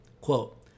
Quote